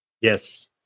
Yes